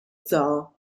zoo